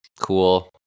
Cool